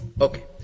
Okay